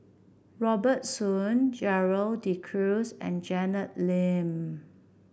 Robert Soon Gerald De Cruz and Janet Lim